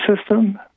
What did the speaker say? system